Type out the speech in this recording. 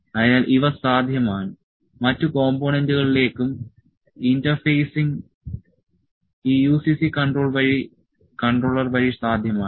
അതിനാൽ ഇവ സാധ്യമാണ് മറ്റ് കോംപോണന്റുകളിലേക്കും ഇന്റർഫേസിംഗ് ഈ UCC കൺട്രോളർ വഴി സാധ്യമാണ്